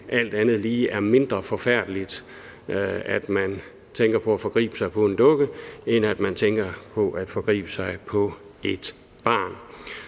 alt andet lige er mindre forfærdeligt, at man tænker på at forgribe sig på en dukke, end at man tænker på at forgribe sig på et barn.